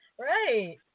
right